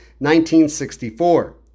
1964